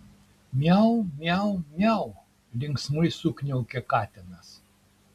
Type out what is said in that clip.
miau miau miau linksmai sukniaukė katinas